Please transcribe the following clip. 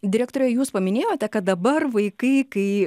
direktore jūs paminėjote kad dabar vaikai kai